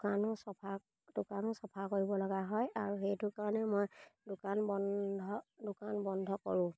দোকানো চফা দোকানো চফা কৰিবলগা হয় আৰু সেইটো কাৰণে মই দোকান বন্ধ দোকান বন্ধ কৰোঁ